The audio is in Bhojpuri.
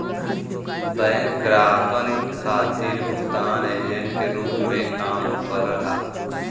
बैंक ग्राहकन खातिर भुगतान एजेंट के रूप में काम करला